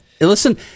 Listen